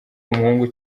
umuhungu